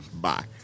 Bye